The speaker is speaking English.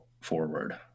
forward